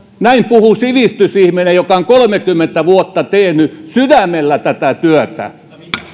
näin puhuu sivistysihminen joka on kolmekymmentä vuotta tehnyt sydämellä tätä työtä